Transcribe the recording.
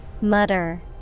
Mutter